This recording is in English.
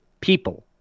people